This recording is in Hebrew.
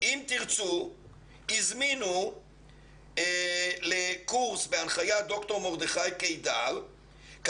"אם תרצו" הזמינו לקורס בהנחיית ד"א מרדכי קידר,